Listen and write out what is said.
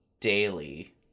daily